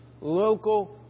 local